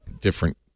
different